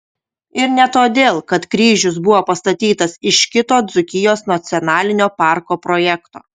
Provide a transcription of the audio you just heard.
ir ne todėl kad kryžius buvo pastatytas iš kito dzūkijos nacionalinio parko projekto